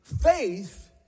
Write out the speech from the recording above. Faith